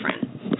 different